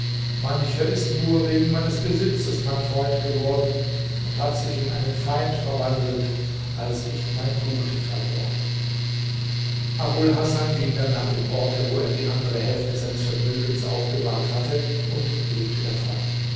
mancher ist nur wegen meines besitzes mein freund geworden und hat sich in einen feind verwandelt als ich mein gut verlor abul hasan ging dann nach dem orte wo er die andere hälfte seines vermögens aufbewahrt hatte und lebte davon